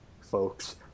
folks